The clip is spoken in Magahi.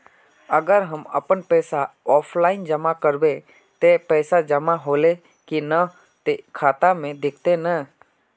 अगर हम अपन पैसा ऑफलाइन जमा करबे ते पैसा जमा होले की नय इ ते खाता में दिखते ने?